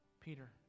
Peter